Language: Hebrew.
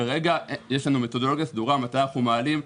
וכרגע יש לנו מתודולוגיה סדורה מתי אנחנו מעלים,